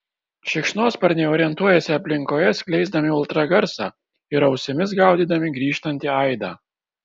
šikšnosparniai orientuojasi aplinkoje skleisdami ultragarsą ir ausimis gaudydami grįžtantį aidą